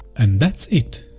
and that's it!